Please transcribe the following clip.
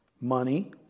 Money